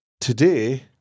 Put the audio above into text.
today